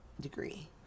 degree